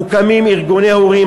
מוקמים ארגוני הורים.